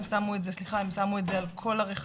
הם שמו את זה על כל הרכבים,